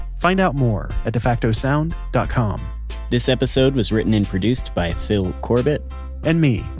find out more at defactosound dot com this episode was written and produced by fil corbitt and me,